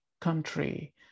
country